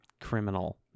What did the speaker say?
criminal